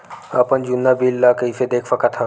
अपन जुन्ना बिल ला कइसे देख सकत हाव?